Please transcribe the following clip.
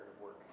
work